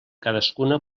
cadascuna